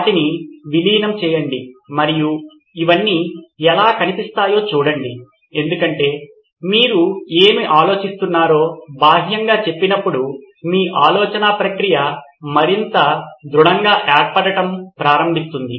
వాటిని విలీనం చేయండి మరియు ఇవన్నీ ఎలా కనిపిస్తాయో చూడండి ఎందుకంటే మీరు ఏమి ఆలోచిస్తున్నారో బాహ్యంగా చెప్పినప్పుడు మీ ఆలోచన ప్రక్రియ మరింత దృఢంగా ఏర్పడటం ప్రారంభిస్తుంది